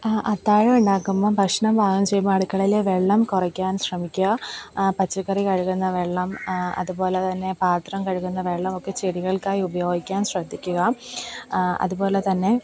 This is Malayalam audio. അത്താഴം ഉണ്ടാക്കുമ്പം ഭക്ഷണം പാകം ചെയ്യുമ്പോൾ അടുക്കളയിലെ വെള്ളം കുറക്കാൻ ശ്രമിക്കുക പച്ചക്കറി കഴുകുന്ന വെള്ളം അതുപോലെ തന്നെ പാത്രം കഴുകുന്ന വെള്ളമൊക്കെ ചെടികൾക്കായി ഉപയോഗിക്കാൻ ശ്രദ്ധിക്കുക അതുപോലെ തന്നെ